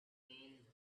mean